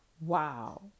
Wow